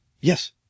Yes